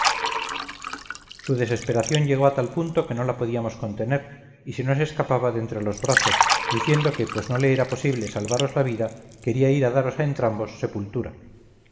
su desesperación llegó a tal punto que no la podíamos contener y se nos escapaba de entre los brazos diciendo que pues no le era posible salvaros la vida quería ir a daros a entrambos sepultura